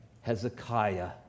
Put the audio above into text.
Hezekiah